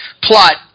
Plot